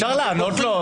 אפשר לענות לו?